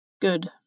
Good